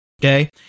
Okay